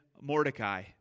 Mordecai